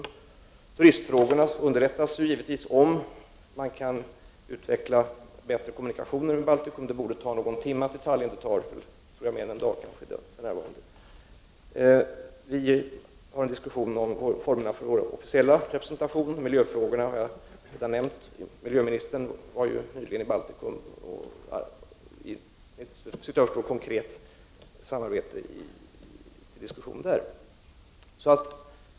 Vidare underrättas vi givetvis om turistfrågorna. Man skulle kunna utveckla bättre kommunikationer med Baltikum - det borde ta någon timme att åka till Tallinn; det tar för närvarande mer än en dag. Vi diskuterar även formerna för vår officiella representation. Jag har redan nämnt miljöfrågorna i detta sammanhang. Miljöministern var nyligen i Baltikum i syfte att få till stånd ett konkret samarbete.